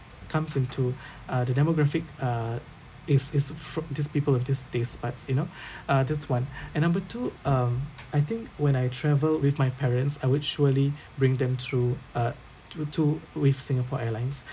comes into uh the demographic uh is is for just people of these taste buds you know uh that's one and number two um I think when I travel with my parents I would surely bring them through uh to to with Singapore Airlines